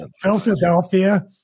Philadelphia